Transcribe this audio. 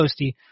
toasty